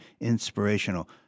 inspirational